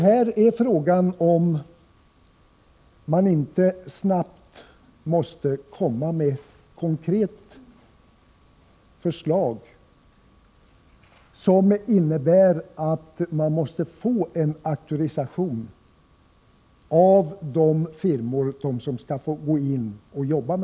Det är fråga om det inte snabbt måste komma ett konkret förslag som innebär krav på auktorisation av de firmor som skall få jobba med asbest.